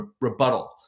rebuttal